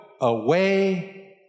away